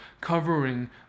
covering